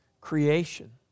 creation